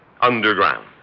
underground